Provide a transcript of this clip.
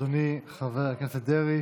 אדוני חבר הכנסת דרעי.